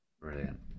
brilliant